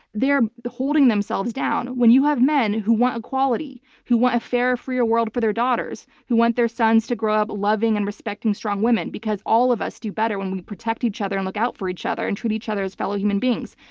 they are holding themselves down. when you have men who want equality, who want a fair, freer world for their daughters, who want their sons to grow up loving and respecting strong women because all of us do better when we protect each other and look out for each other and treat each other as fellow human beings.